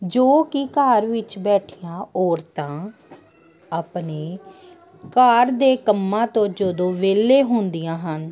ਜੋ ਕਿ ਘਰ ਵਿੱਚ ਬੈਠੀਆਂ ਔਰਤਾਂ ਆਪਣੇ ਘਰ ਦੇ ਕੰਮਾਂ ਤੋਂ ਜਦੋਂ ਵਿਹਲੇ ਹੁੰਦੀਆਂ ਹਨ